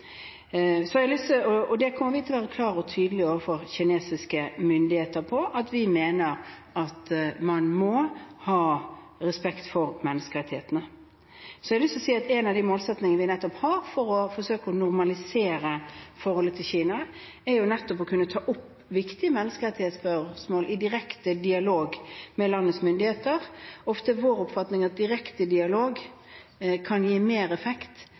kommer til å være klare og tydelige overfor kinesiske myndigheter på at vi mener at man må ha respekt for menneskerettighetene. En av de målsettingene vi har for å forsøke å normalisere forholdet til Kina, er nettopp å kunne ta opp viktige menneskerettighetsspørsmål i direkte dialog med landets myndigheter. Vår oppfatning er at ofte kan direkte dialog gi mer effekt